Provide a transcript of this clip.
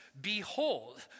Behold